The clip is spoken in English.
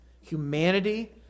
Humanity